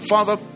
Father